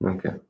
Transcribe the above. Okay